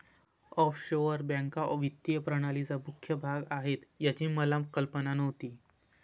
offshore बँका वित्तीय प्रणालीचा मुख्य भाग आहेत याची मला कल्पना नव्हती